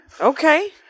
Okay